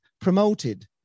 promoted